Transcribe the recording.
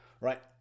right